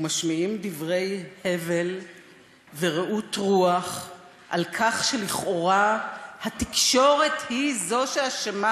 ומשמיעים דברי הבל ורעות רוח על כך שלכאורה התקשורת היא זו שאשמה